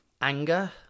anger